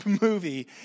movie